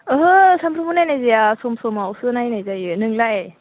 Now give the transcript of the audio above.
ओहो सामफ्रामबो नायनाय जाया सम समावसो नायनाय जायो नोंलाय